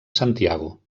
santiago